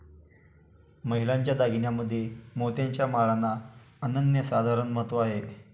महिलांच्या दागिन्यांमध्ये मोत्याच्या माळांना अनन्यसाधारण महत्त्व आहे